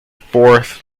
fourth